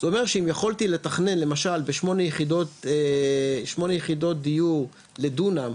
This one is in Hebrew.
זה אומר שאם יכולתי לתכנן למשל שמונה יחידות דיור לדונם,